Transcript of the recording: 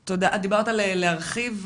את דיברת על להרחיב,